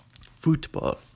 Football